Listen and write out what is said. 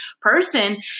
person